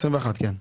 כן.